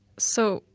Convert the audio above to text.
so,